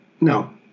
No